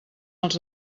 els